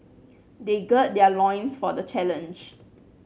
they gird their loins for the challenge